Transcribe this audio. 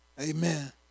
Amen